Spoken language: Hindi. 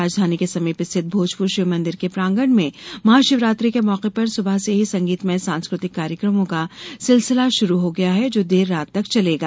राजधानी के समीप स्थित भोजप्र शिवमंदिर के प्रांगण में महाशिवरात्रि के मौके पर सुबह से ही संगीतमय सांस्कृतिक कार्यक्रमों का सिलसिला शुरू हो गया है जो देर रात तक चलेगा